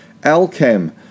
alchem